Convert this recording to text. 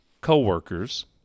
co-workers